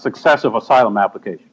successive asylum application